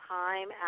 time